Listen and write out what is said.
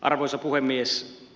arvoisa puhemies